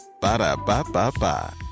Ba-da-ba-ba-ba